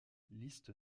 liste